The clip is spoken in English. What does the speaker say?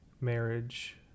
marriage